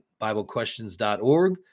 biblequestions.org